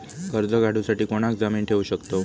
कर्ज काढूसाठी कोणाक जामीन ठेवू शकतव?